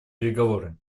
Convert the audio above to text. переговоры